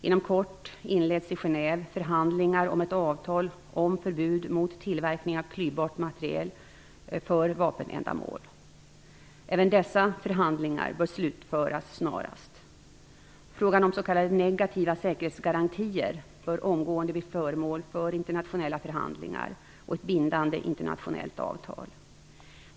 Inom kort inleds i Genève förhandlingar om ett avtal om förbud mot tillverkning av klyvbart material för vapenändamål. Även dessa förhandlingar bör slutföras snarast. Frågan om s.k. negativa säkerhetsgarantier bör omgående bli föremål för internationella förhandlingar och ett bindande internationellt avtal.